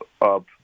up